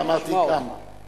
גם על מעשינו.